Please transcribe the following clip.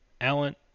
Allen